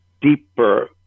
deeper